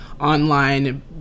online